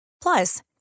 Plus